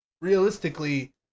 realistically